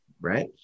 right